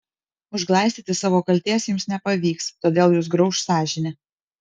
užglaistyti savo kaltės jums nepavyks todėl jus grauš sąžinė